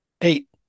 Eight